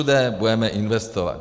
Všude budeme investovat.